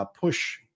push